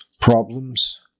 problems